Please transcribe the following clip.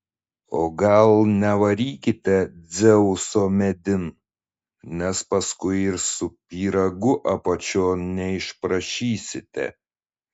o gal nevarykite dzeuso medin nes paskui ir su pyragu apačion neišprašysite